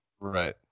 Right